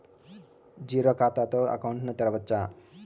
Zero ఖాతా తో account ను తెరవచ్చా?